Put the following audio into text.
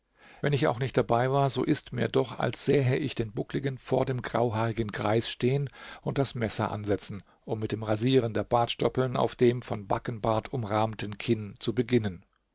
wenn ich auch nicht dabei war so ist mir doch als sähe ich den buckligen vor dem grauhaarigen greis stehen und das messer ansetzen um mit dem rasieren der bartstoppeln auf dem von backenbart umrahmten kinn zu beginnen